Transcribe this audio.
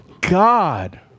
God